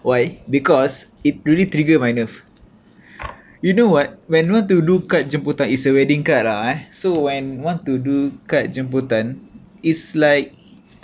why because it really trigger my nerve you know what when you want to do kad jemputan it's a wedding card ah eh so when want to do kad jemputan it's like